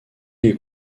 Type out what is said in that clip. les